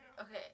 Okay